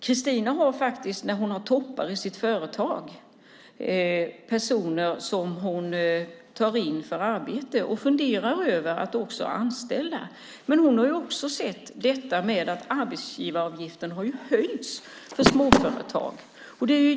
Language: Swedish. Kristina har faktiskt, när hon har toppar i sitt företag, personer som hon tar in för arbete, och hon funderar på att anställa. Men hon har också sett att arbetsgivaravgiften har höjts för småföretag.